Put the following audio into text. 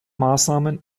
maßnahmen